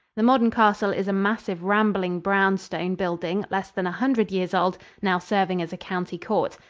the modern castle is a massive, rambling, brown-stone building less than a hundred years old, now serving as a county court.